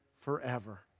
forever